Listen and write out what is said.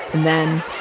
then,